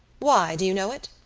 why? do you know it?